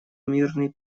мирный